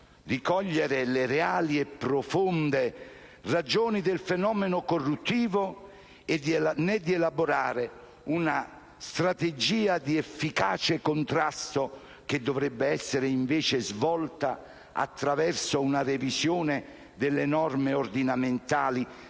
di cogliere le reali e profonde ragioni del fenomeno corruttivo, né di elaborare una strategia di efficace contrasto, che dovrebbe essere invece svolta attraverso una revisione delle norme ordinamentali